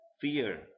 fear